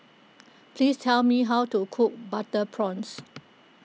please tell me how to cook Butter Prawns